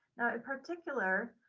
in particular,